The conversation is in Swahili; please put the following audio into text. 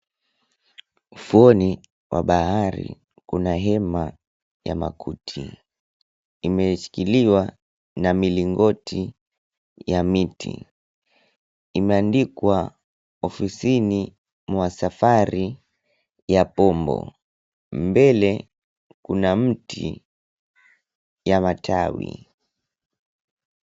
Ufuoni mwa bahari kuna hema ya makuti. Imeshikiliwa na milingoti ya miti. Imeandikwa ofisini mwa safari ya bombo. Mbele kuna mti ya matawi.